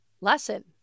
lesson